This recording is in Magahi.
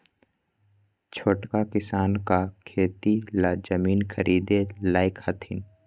छोटका किसान का खेती ला जमीन ख़रीदे लायक हथीन?